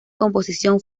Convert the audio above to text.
composición